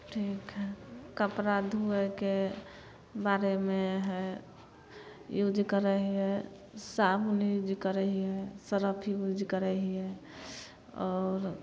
ठीक हइ कपड़ा धुअयके बारेमे हइ यूज करै हियै साबुन यूज करै हियै सर्फ यूज करै हियै आओर